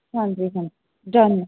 ਹਾਂਜੀ ਹਾਂਜੀ ਡਨ